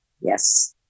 yes